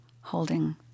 holding